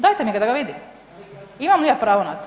Dajte mi ga da ga vidim, imam li ja pravo na to?